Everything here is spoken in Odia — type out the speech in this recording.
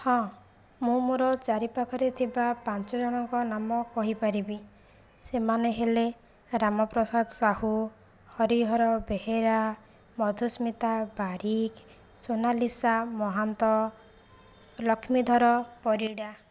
ହଁ ମୁଁ ମୋର ଚାରି ପାଖରେ ଥିବା ପାଞ୍ଚ ଜଣଙ୍କ ନାମ କହିପାରିବି ସେମାନେ ହେଲେ ରାମପ୍ରସାଦ ସାହୁ ହରିହର ବେହେରା ମଧୁସ୍ମିତା ବାରିକ ସୋନାଲିସା ମହାନ୍ତ ଲକ୍ଷ୍ମୀଧର ପରିଡ଼ା